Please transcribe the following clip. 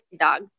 dog